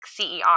CER